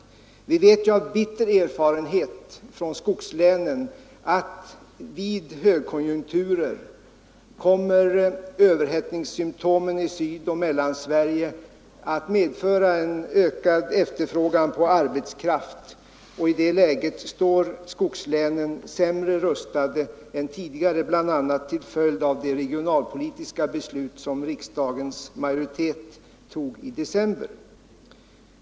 Vi vet ju av bitter erfarenhet från skogslänen att vid högkonjunkturer kommer överhettningssymtomen i Sydoch Mellansverige att medföra en ökad efterfrågan på arbetskraft. I det läget står skogslänen sämre rustade än tidigare, bl.a. till följd av de regionalpolitiska beslut som riksdagens majoritet tog i december.